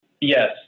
Yes